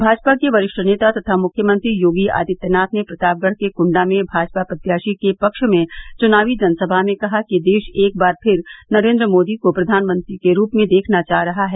भाजपा के वरिष्ठ नेता तथा मुख्यमंत्री योगी आदित्यनाथ ने प्रतापगढ़ के कूंडा में भाजपा प्रत्याशी के पक्ष में चुनावी जनसभा में कहा कि देश एक बार फिर नरेन्द्र मोदी को प्रधानमंत्री के रूप में देखना चाह रहा है